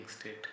state